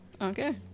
Okay